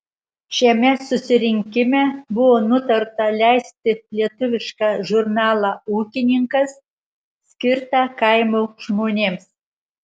šiame susirinkime buvo nutarta leisti lietuvišką žurnalą ūkininkas skirtą kaimo žmonėms